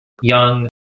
young